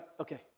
Okay